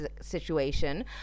situation